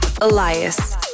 Elias